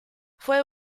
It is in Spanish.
fue